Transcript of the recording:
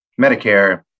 Medicare